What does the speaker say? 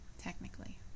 technically